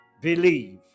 believe